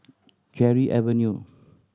Cherry Avenue